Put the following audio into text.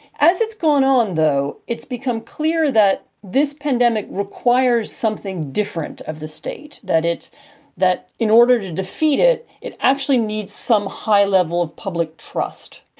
as it's going on, though, it's become clear that this pandemic requires something different of the state, that it that in order to defeat it, it actually needs some high level of public trust.